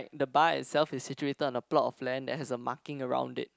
like the bar itself is situated on the block of land then there has a marking around it